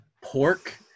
pork